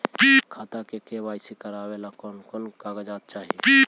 खाता के के.वाई.सी करावेला कौन कौन कागजात चाही?